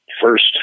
first